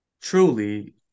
truly